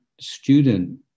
student